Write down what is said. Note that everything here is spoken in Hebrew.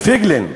פייגלין,